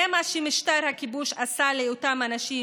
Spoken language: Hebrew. זה מה שמשטר הכיבוש עשה לאותם אנשים